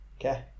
Okay